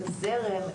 את הזרם,